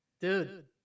Dude